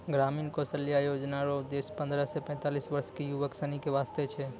ग्रामीण कौशल्या योजना रो उद्देश्य पन्द्रह से पैंतीस वर्ष के युवक सनी के वास्ते छै